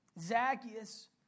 Zacchaeus